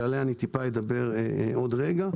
שעליה אדבר קצת בעוד רגע,